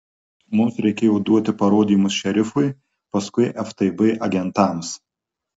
mums reikėjo duoti parodymus šerifui paskui ftb agentams